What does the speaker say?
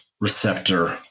receptor